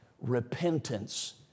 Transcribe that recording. Repentance